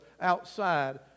outside